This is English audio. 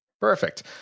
Perfect